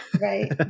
Right